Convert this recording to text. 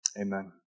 Amen